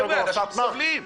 חבר'ה, אנשים סובלים.